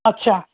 আচ্ছা